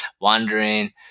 Wandering